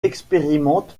expérimente